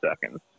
seconds